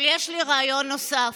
אבל יש לי רעיון נוסף.